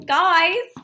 guys